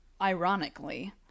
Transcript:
ironically